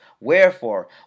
Wherefore